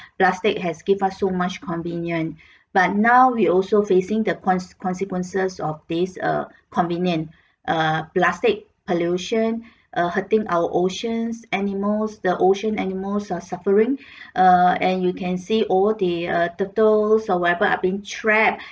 plastic has give us so much convenient but now we also facing the cons~ consequences of this uh convenient uh plastic pollution uh hurting our oceans animals the ocean animals are suffering uh and you can see all the uh turtles or whatever are being trapped